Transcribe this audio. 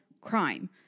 crime